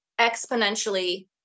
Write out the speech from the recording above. exponentially